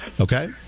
Okay